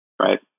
right